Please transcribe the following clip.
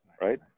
right